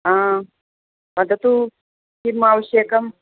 हा वदतु किम् आवश्यकम्